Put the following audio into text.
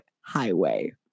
Highway